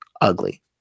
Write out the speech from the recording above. ugly